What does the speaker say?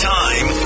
time